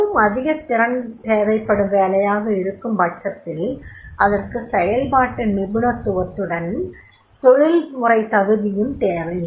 மிகவும் அதிகத் திறன் தேவைப்படும் வேலையாக இருக்கும்பட்சத்தில் அதற்கு செயல்பாட்டு நிபுணத்துவத்துடன் தொழில் முறைத் தகுதியும் தேவை